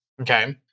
okay